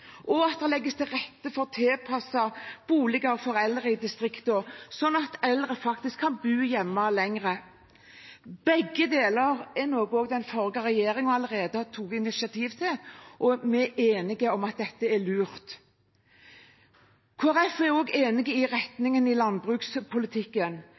og at det legges til rette for tilpassede boliger for eldre i distriktene, slik at eldre kan bo hjemme lenger. Begge deler var noe også den forrige regjeringen tok initiativ til. Vi er enige om at dette er lurt. Kristelig Folkeparti er også enig i